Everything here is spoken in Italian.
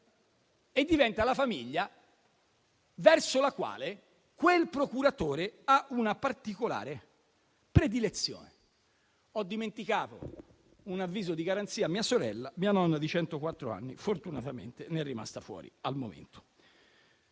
e diventa la famiglia verso la quale quel procuratore ha una particolare predilezione. Ho dimenticato un avviso di garanzia a mia sorella; fortunatamente, al momento, ne è rimasta fuori mia nonna